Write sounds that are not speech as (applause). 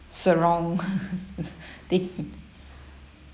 surround (laughs) ding